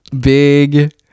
big